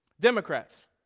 Democrats